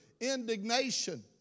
indignation